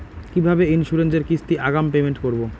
কিভাবে ইন্সুরেন্স এর কিস্তি আগাম পেমেন্ট করবো?